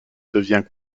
devient